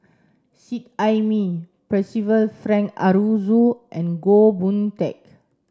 Seet Ai Mee Percival Frank Aroozoo and Goh Boon Teck